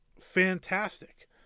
fantastic